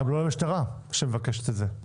גם לא למשטרה כשהיא מבקשת את זה.